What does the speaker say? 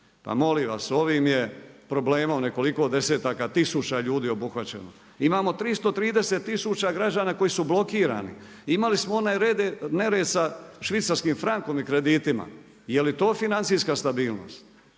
Pa molim vas, ovim je problemom nekoliko desetaka tisuća ljudi obuhvaćeno. Imamo 330 tisuća građana koji su blokirani, imali smo onaj nered sa švicarskim frankom i kreditima, je li to financijska stabilnost?